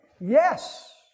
Yes